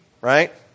right